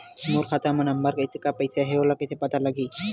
मोर खाता नंबर मा कतका पईसा हे ओला कइसे पता लगी?